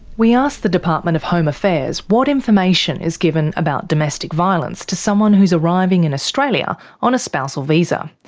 we asked the department of home affairs what information is given about domestic violence, to someone who's arriving in australia on a spousal visa.